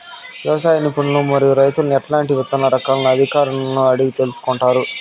వ్యవసాయ నిపుణులను మరియు రైతులను ఎట్లాంటి విత్తన రకాలను అధికారులను అడిగి తెలుసుకొంటారు?